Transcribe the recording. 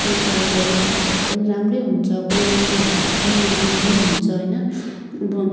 त्यहाँको अब स्टाफहरू पनि राम्रै हुन्छ कोही राम्रो हुन्छ कोही नराम्रो पनि हुन्छ होइन अब